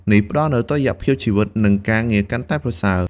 នេះផ្តល់នូវតុល្យភាពជីវិត និងការងារកាន់តែប្រសើរ។